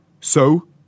So